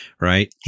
right